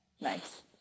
Nice